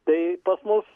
tai pas mus